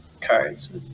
cards